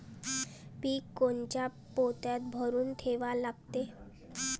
पीक कोनच्या पोत्यात भरून ठेवा लागते?